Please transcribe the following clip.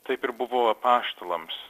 taip ir buvo apaštalams